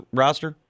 roster